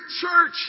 church